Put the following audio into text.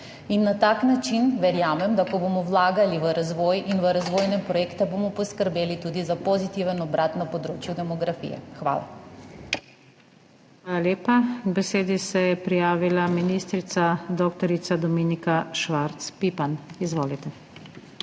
In na tak način verjamem, da ko bomo vlagali v razvoj in v razvojne projekte, bomo poskrbeli tudi za pozitiven obrat na področju demografije. Hvala. **PODPREDSEDNICA NATAŠA SUKIČ:** Hvala lepa. K besedi se je prijavila ministrica dr. Dominika Švarc Pipan. Izvolite.